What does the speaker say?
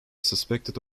suspected